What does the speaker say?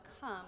come